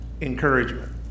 encouragement